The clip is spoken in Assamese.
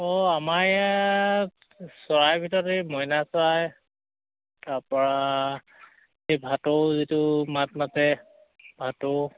অঁ আমাৰ ইয়াত চৰাইৰ ভিতৰত এই মইনা চৰাই তাৰপৰা এই ভাটৌ যিটো মাত মাতে ভাটৌ